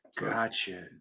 Gotcha